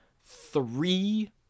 three